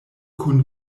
kun